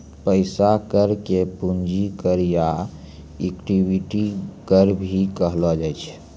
पैसा कर के पूंजी कर या इक्विटी कर भी कहलो जाय छै